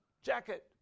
jacket